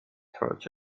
torch